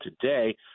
today